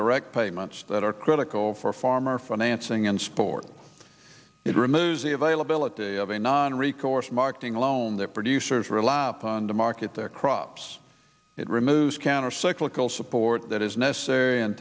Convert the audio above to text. direct payments that are critical for farmer financing in sport it removes the availability of a non recourse marketing loan that producers relapse on to market their crops it removes countercyclical support that is necessary in